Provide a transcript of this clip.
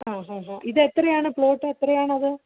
ആ ഹാ ഹാ ഇതെത്രയാണ് പ്ലോട്ടെത്രയാണത്